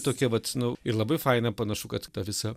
tokia vat nu ir labai faina panašu kad ta visa